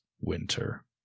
winter